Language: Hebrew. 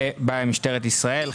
במשטרת ישראל,